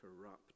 corrupt